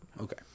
Okay